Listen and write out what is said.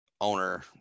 owner